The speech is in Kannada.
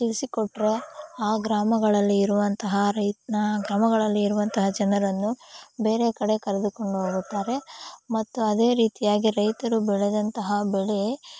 ತಿಳಿಸಿ ಕೊಟ್ಟರೆ ಆ ಗ್ರಾಮಗಳಲ್ಲಿ ಇರುವಂತಹ ರೈತನ ಗ್ರಾಮಗಳಲ್ಲಿರುವಂತಹ ಜನರನ್ನು ಬೇರೆ ಕಡೆ ಕರೆದುಕೊಂಡು ಹೋಗುತ್ತಾರೆ ಮತ್ತು ಅದೇ ರೀತಿಯಾಗಿ ರೈತರು ಬೆಳೆದಂತಹ ಬೆಳೆ